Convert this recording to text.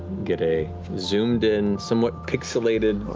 get a zoomed-in, somewhat pixelated,